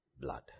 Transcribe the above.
blood